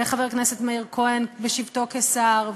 וחבר הכנסת מאיר כהן בשבתו כשר,